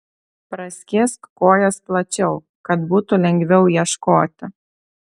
praskėsk kojas plačiau kad būtų lengviau ieškoti